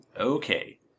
Okay